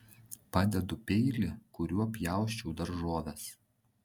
padedu peilį kuriuo pjausčiau daržoves